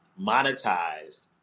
monetized